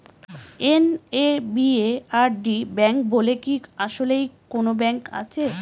NABARD bank বলে কি আসলেই কোনো ব্যাংক আছে?